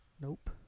Nope